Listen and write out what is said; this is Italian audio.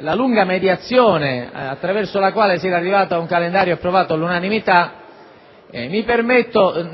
la lunga mediazione attraverso la quale si era arrivati a un calendario approvato all'unanimità, mi permetto,